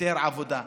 היתר עבודה.